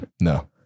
No